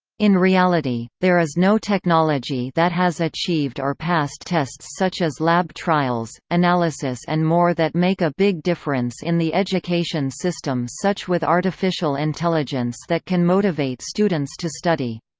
in reality, there is no technology that has achieved or passed tests such as lab trials, analysis and more that make a big difference in the education system such with artificial intelligence that can motivate students to study.